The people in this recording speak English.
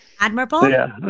Admirable